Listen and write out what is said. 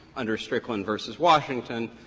under strickland v. washington,